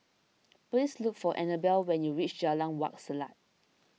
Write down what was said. please look for Anabel when you reach Jalan Wak Selat